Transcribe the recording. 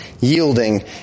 yielding